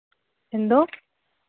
എന്തോ